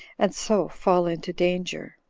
and so fall into danger.